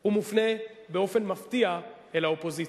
הוא מופנה באופן מפתיע אל האופוזיציה.